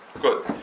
good